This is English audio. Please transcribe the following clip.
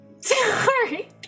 Sorry